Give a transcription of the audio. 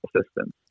assistance